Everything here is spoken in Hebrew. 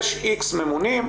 יש X ממונים,